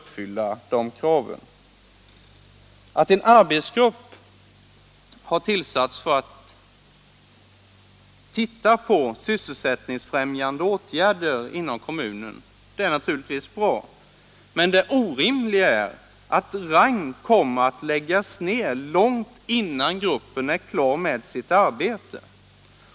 kommun Det är naturligtvis bra att en arbetsgrupp har tillsatts för att titta på sysselsättningsfrämjande åtgärder inom kommunen. Men det orimliga är att Rang kommer att läggas ned långt innan gruppen är klar med sitt arbete.